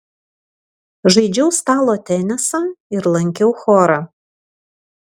žaidžiau stalo tenisą ir lankiau chorą